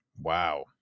Wow